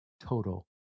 total